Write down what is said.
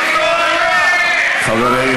חברים,